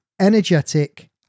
energetic